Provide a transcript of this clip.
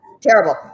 Terrible